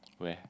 where